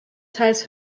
teils